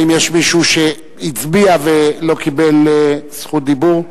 האם יש מישהו שהצביע ולא קיבל זכות דיבור?